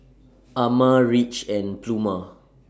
Ama Ridge and Pluma